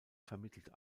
vermittelt